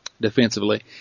defensively